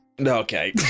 Okay